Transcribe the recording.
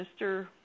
Mr